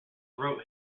wrote